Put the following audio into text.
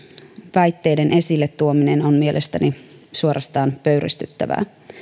väitteiden esilletuominen on mielestäni suorastaan pöyristyttävää